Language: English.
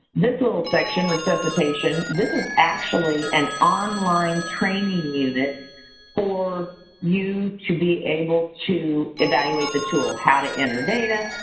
this little section, resuscitation. this is actually an online training unit for you to be able to evaluate the tool, how to enter data,